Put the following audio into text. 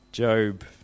Job